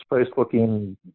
space-looking